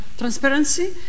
Transparency